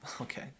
Okay